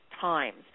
Times